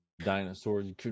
Dinosaurs